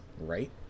right